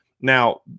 Now